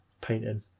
painting